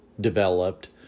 developed